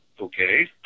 okay